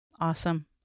Awesome